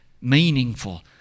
meaningful